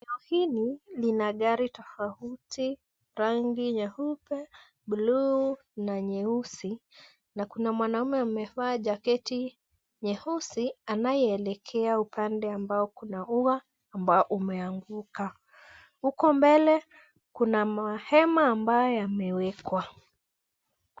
Eneo hili, lina gari tofauti, rangi nyeupe, bluu, na nyeusi. Na kuna mwanamume amevaa jaketi nyeusi, anayeelekea upande ambao kuna ua, ambao umeanguka. Huko mbele, kuna mahema ambayo yamewekwa.